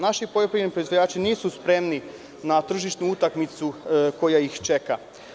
Naši poljoprivredni proizvođači nisu spremni na tržišnu utakmicu koja ih čeka.